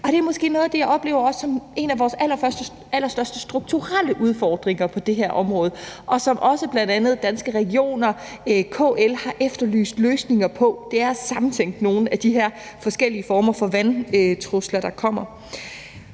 Det er måske noget af det, som jeg oplever er en af vores allerstørste strukturelle udfordringer på det her område, og som bl.a. Danske Regioner og KL også har efterlyst løsninger på. Det er at samtænke nogle af de her forskellige former for vandtrusler, der kommer.